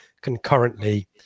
concurrently